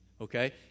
okay